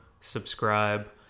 subscribe